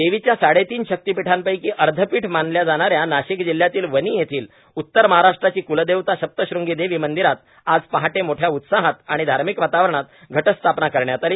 देवीच्या साडे तीन शक्तीपीठांपैकी अधेपीठ मानल्या जाणाऱ्या नाशिक जिल्ह्यातील वणी येथील उतर महाराष्ट्राची कुलदेवता सप्तशंगी देवी मंदिरात आज पहाटे मोठ्या उत्साहात आणि धर्मिक वातावरणात घट स्थापना करण्यात आली